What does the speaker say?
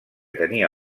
tenia